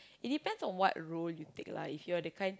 it depends on what role you take lah if you are that kind